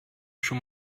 schon